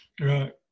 right